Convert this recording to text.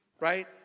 Right